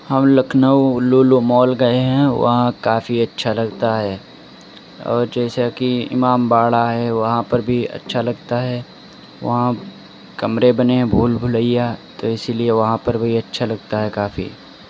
ہم لکھنؤ لولو مال گئے ہیں وہاں کافی اچھا لگتا ہے اور جیسا کہ امام باڑہ ہے وہاں پر بھی اچھا لگتا ہے وہاں کمرے بنے ہیں بھول بھلیا تو اسی لیے وہاں پر بھی اچھا لگتا ہے کافی